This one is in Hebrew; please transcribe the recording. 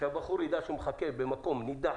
כשהבחור יידע שהוא מחכה במקום נידח